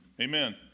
Amen